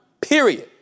period